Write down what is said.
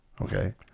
Okay